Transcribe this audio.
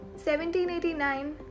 1789